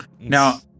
Now